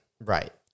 Right